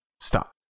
stop